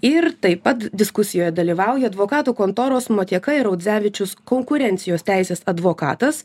ir taip pat diskusijoje dalyvauja advokatų kontoros motieka ir audzevičius konkurencijos teisės advokatas